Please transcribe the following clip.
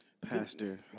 Pastor